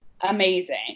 amazing